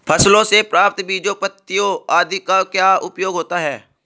फसलों से प्राप्त बीजों पत्तियों आदि का क्या उपयोग होता है?